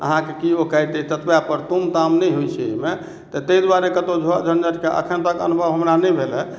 अहाँके की ओकैत अछि ततबा पर तुम ताम नहि होइ छै एहिमे ताहि दुआरे कतौ झगड़ा झन्झटक अखन तक अनुभव हमरा नहि भेल हँ